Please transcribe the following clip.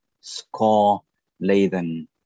score-laden